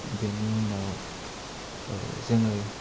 बेनि उनाव जोङो